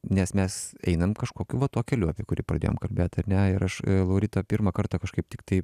nes mes einam kažkokiu va tuo keliu apie kurį pradėjom kalbėt ar ne ir aš lauritą pirmą kartą kažkaip tiktai